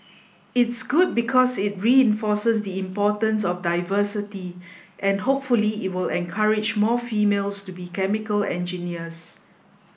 it's good because it reinforces the importance of diversity and hopefully it will encourage more females to be chemical engineers